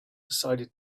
decided